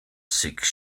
six